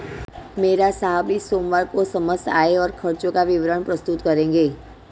मेहरा साहब इस सोमवार को समस्त आय और खर्चों का विवरण प्रस्तुत करेंगे